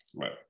Right